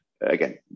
Again